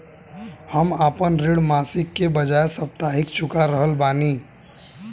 हम आपन ऋण मासिक के बजाय साप्ताहिक चुका रहल बानी